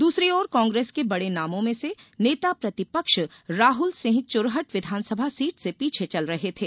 दूसरी ओर कांग्रेस के बड़े नामों में से नेता प्रतिपक्ष राहुल सिंह चुरहट विधानसभा सीट से पीछे चल रहे थे